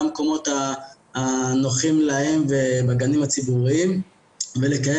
במקומות הנוחים להם ובגנים הציבוריים ולקיים